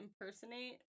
impersonate